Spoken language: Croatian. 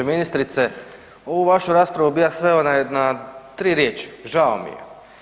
Ministrice, ovu vašu raspravu bi ja sveo na 3 riječi, žao mi je.